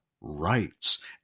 rights